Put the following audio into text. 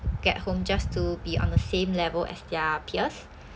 get home just to be on the same level as their peers